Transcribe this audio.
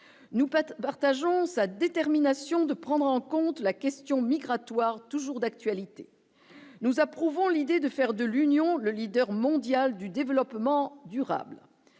nous partageant sa détermination de prendre en compte la question migratoire toujours d'actualité, nous approuvons l'idée de faire de l'Union, le leader mondial du développement durable,